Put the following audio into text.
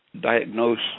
diagnose